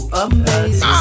amazing